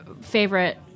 favorite